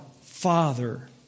Father